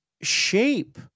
shape